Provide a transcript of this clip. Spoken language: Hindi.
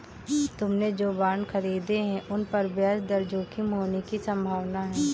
तुमने जो बॉन्ड खरीदे हैं, उन पर ब्याज दर जोखिम होने की संभावना है